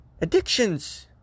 addictions